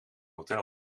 hotel